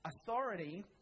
Authority